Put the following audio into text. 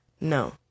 No